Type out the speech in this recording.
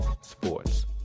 Sports